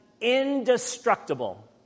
indestructible